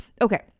Okay